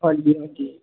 ਹਾਂਜੀ ਹਾਂਜੀ